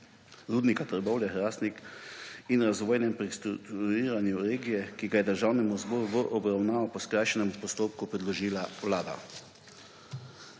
Rudnika Trbovlje-Hrastnik in razvojnem prestrukturiranju regije, ki ga je Državnemu zboru v obravnavo po skrajšanem postopku predložila Vlada.